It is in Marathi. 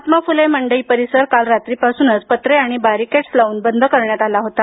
महात्मा फुले मंडई परिसर काल रात्रीपासूनच पत्रे आणि बॅरिकेट्स लावून बंद करण्यात आला होता